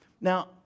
Now